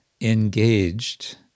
engaged